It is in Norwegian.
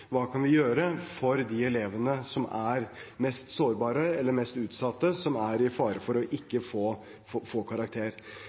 vi kan gjøre for elevene som er mest sårbare eller mest utsatte, som står i fare for ikke å